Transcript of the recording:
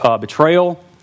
betrayal